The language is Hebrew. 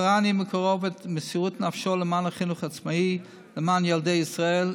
זכורני מקרוב את מסירות נפשו למען החינוך העצמאי ולמען ילדי ישראל,